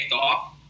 off